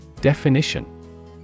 Definition